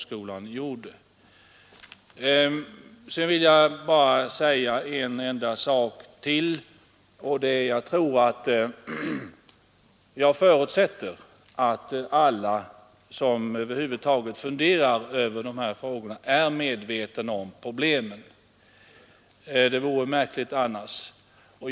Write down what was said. Sedan vill jag bara tillägga att jag förutsätter att alla som över huvud taget funderar över de här frågorna är medvetna om problemen. Det vore märkligt annars.